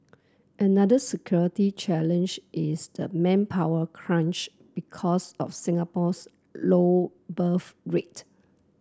another security challenge is the manpower crunch because of Singapore's low birth rate